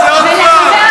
למה?